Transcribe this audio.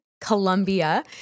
Colombia